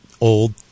old